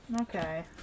Okay